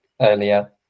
earlier